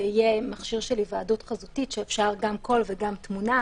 יהיה מכשיר של היוועדות חזותית שאפשר גם קול וגם תמונה.